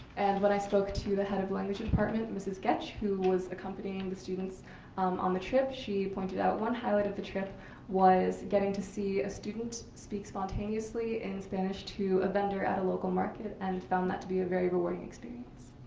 and when i spoke to the head of the language department, mrs. getch, who was accompanying the students um on the trip, she pointed out one high light of the trip was getting to see a student speak spontaneously in spanish to a vendor at a local market and found that to be a very rewarding experience.